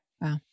Wow